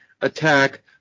attack